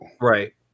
right